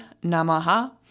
Namaha